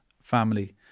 family